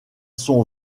sont